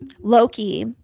loki